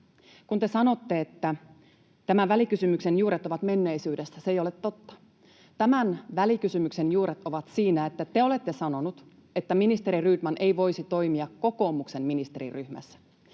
kun te sanotte, että tämän välikysymyksen juuret ovat menneisyydessä, se ei ole totta. Tämän välikysymyksen juuret ovat siinä, että te olette sanonut, että ministeri Rydman ei voisi toimia kokoomuksen ministeriryhmässä.